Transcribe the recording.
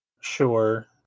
Sure